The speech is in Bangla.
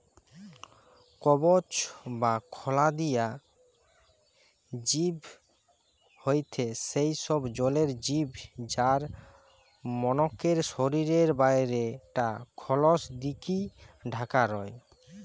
কবচ বা খলা দিয়া জিব হয়থে সেই সব জলের জিব যার মনকের শরীরের বাইরে টা খলস দিকি ঢাকা রয়